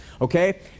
okay